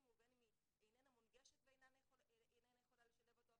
ובין אם היא איננה מונגשת ואינה יכולה לשלב אותו,